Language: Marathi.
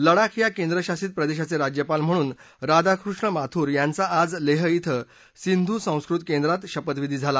लडाख या केंद्रशासित प्रदेशाचे राज्यपाल म्हणून राधाकृष्ण माथुर यांचा आज लेह इथं सिंघु संस्कृत केंद्रात शपथविधी झाला